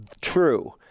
true